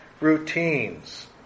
routines